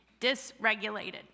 dysregulated